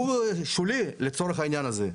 הוא שולי לצורך העניין הזה.